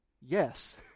yes